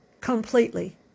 completely